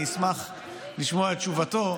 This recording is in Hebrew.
אני אשמח לשמוע את תשובתו,